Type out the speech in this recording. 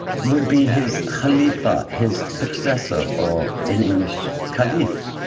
would be his khalifa, his successor, or, in english, caliph.